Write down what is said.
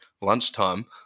lunchtime –